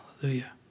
Hallelujah